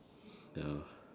ya